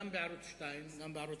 גם בערוץ-2 וגם בערוץ-10.